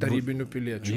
tarybinių piliečių